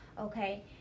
Okay